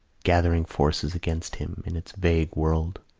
gathering forces against him in its vague world.